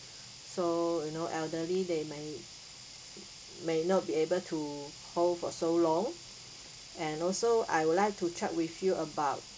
so you know elderly they may may not be able to hold for so long and also I would like to check with you about